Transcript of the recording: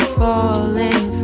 falling